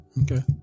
Okay